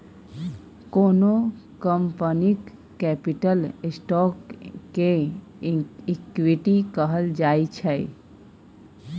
कोनो कंपनीक capital stock केँ इक्विटी कहल जाइ छै